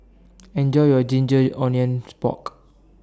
Enjoy your Ginger Onions Pork